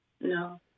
No